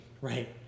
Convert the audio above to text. right